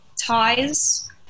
ties